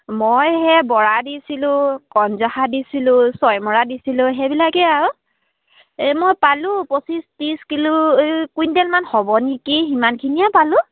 মই সেই বৰা দিছিলোঁ কনজহা দিছিলোঁ ছয়মৰা দিছিলোঁ সেইবিলাকেই আৰু এই মই পালোঁ পঁচিছ ত্ৰিছ কিলো এই কুইণ্টেলমান হ'ব নেকি সিমানখিনিয়ে পালোঁ